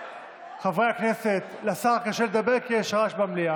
לא לצאת נגד הצעת החוק אלא לתת זמן לדיון הזה,